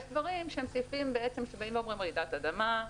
יש סעיפים שאומרים: רעידת אדמה,